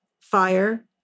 Fire